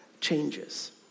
changes